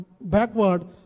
backward